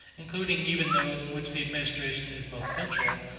including even those in which the administration is most central,